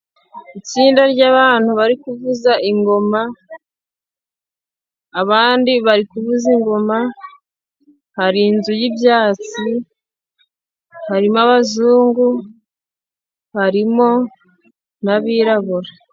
Itsinda ryabantu bari kuvuza ingoma, abandi bari kuvuza ingoma, hari inzu y'ibyatsi harimo abazungu n'abirabura.